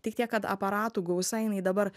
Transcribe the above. tik tiek kad aparatų gausa jinai dabar